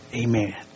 Amen